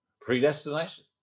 predestination